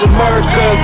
America